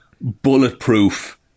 bulletproof